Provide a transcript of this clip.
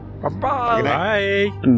Bye-bye